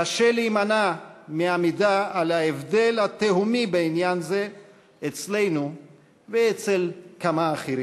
קשה להימנע מעמידה על ההבדל התהומי בעניין זה אצלנו ואצל כמה אחרים.